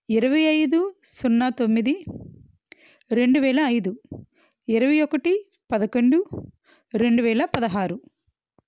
ఇరవై ఐదు సున్నా తొమ్మిది రెండు వేల ఐదు ఇరవై ఒకటి పదకొండు రెండు వేల పదహారు